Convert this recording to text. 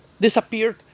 disappeared